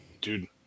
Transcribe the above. dude